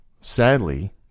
sadly